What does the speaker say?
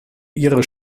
ihre